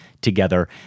together